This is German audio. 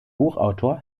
buchautor